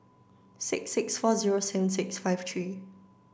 six six four zero seven six five three